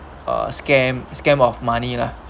ah scam scam of money lah